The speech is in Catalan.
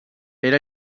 era